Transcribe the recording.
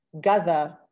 gather